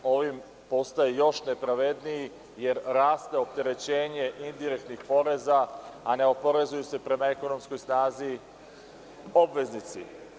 Ovim postaje još nepravedniji jer raste opterećenje indirektnih poreza, a ne oporezuju se prema ekonomskoj snazi obveznici.